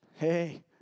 Hey